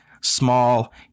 small